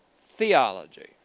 theology